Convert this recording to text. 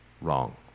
wrong